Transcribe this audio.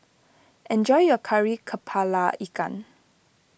enjoy your Kari Kepala Ikan